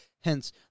hence